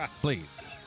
Please